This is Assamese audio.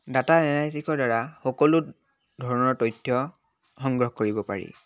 ডাটা এনালাইটিকৰ দ্বাৰা সকলো ধৰণৰ তথ্য সংগ্ৰহ কৰিব পাৰি